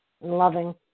Loving